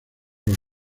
los